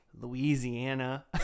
Louisiana